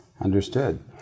Understood